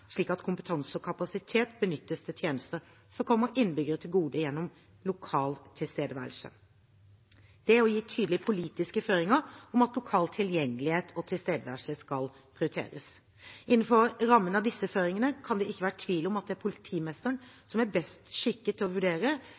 slik at kompetanse og kapasitet benyttes til tjenester som kommer innbyggere til gode gjennom lokal tilstedeværelse. Det er å gi tydelige politiske føringer om at lokal tilgjengelighet og tilstedeværelse skal prioriteres. Innenfor rammen av disse føringene kan det ikke være tvil om at det er politimesteren som er best skikket til å vurdere